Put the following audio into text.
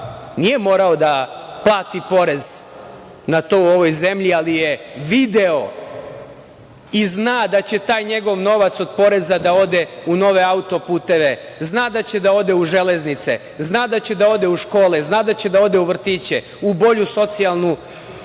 nije morao da plati porez na to u ovoj zemlji, ali je video i zna da će taj njegov novac od poreza da ode u nove auto-puteve, zna da će da ode u železnice, zna da će da ode u škole, zna da će da ode u vrtiće, u bolju socijalnu